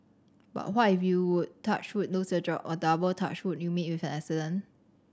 but what if you touch wood lose your job or double touch wood you meet with an accident